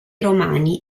romani